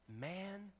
man